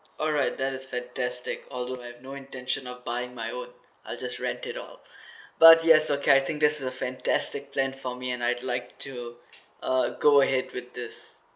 alright that is fantastic although I had no intention of buying my own I just rent it out but yes okay I think that is a fantastic plan for me and I'd like to uh go ahead with this